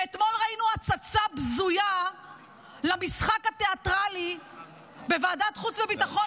ואתמול ראינו הצצה בזויה למשחק התיאטרלי בוועדת חוץ וביטחון,